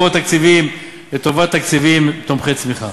ותאפשר בעתיד פינוי מקורות תקציביים לטובת תקציבים תומכי צמיחה.